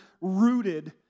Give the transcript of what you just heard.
rooted